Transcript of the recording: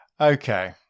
Okay